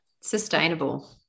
Sustainable